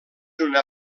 una